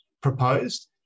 proposed